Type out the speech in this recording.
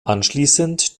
anschließend